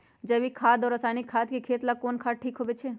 जैविक खाद और रासायनिक खाद में खेत ला कौन खाद ठीक होवैछे?